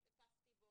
השתתפתי בו,